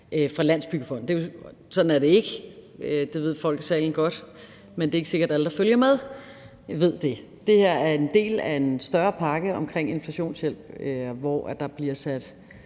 er Landsbyggefonden. Sådan er det ikke. Det ved folk i salen godt, men det er ikke sikkert, at alle, der følger med, ved det. Det her er en del af en større pakke omkring inflationshjælp, hvor der bliver sat